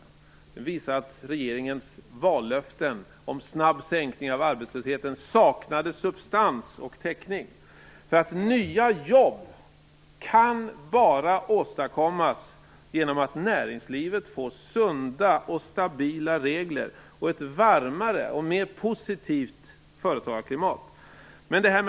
Det visar att regeringens vallöften om snabb sänkning av arbetslösheten saknade substans och täckning. Nya jobb kan bara åstadkommas genom att näringslivet får sunda och stabila regler och ett varmare och mer positivt företagarklimat.